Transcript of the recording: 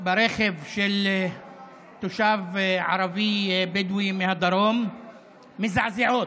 ברכב של תושב ערבי בדואי בדרום מזעזעות.